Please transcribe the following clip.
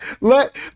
let